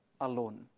alone